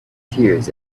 tears